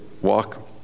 Walk